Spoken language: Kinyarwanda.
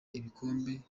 igikombe